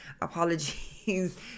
apologies